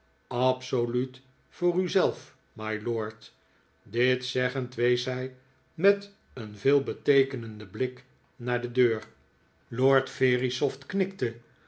absoluut voor u zelf mylord dit zeggend wees hij met een veelbeteekenendea blik naar de deur lord verisopht knikte